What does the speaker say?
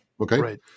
Okay